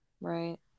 Right